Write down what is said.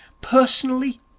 Personally